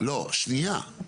שנייה.